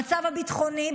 המצב הביטחוני,